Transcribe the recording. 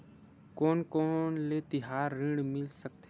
कोन कोन ले तिहार ऋण मिल सकथे?